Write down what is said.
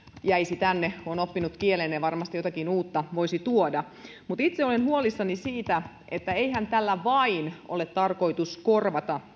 jäisi tänne on oppinut kielen ja varmasti jotakin uutta voisi tuoda mutta itse olen huolissani siitä että eihän tällä vain ole tarkoitus korvata